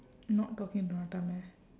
not talking to nattamai